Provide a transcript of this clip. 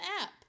app